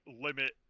limit